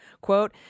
quote